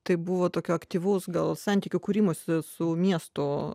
tai buvo tokio aktyvaus gal santykių kūrimosi su miesto